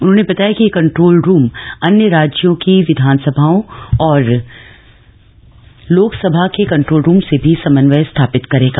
उन्होंने बताया है कि यह कन्ट्रोल रूम अन्य राज्यों की विधानसभाओं और लोक सभा के कन्ट्रोल रूम से भी समन्वय स्थापित करेगा